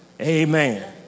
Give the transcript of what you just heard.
Amen